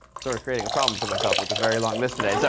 sort of creating a problem for myself with this very long list today. so